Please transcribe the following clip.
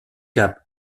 cape